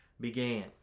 began